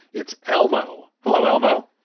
it's elmo. hello, elmo